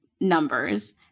numbers